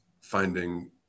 finding